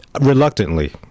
reluctantly